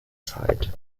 zeit